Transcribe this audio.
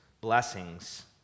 blessings